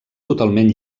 totalment